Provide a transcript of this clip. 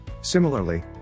Similarly